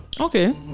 okay